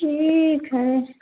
ठीक है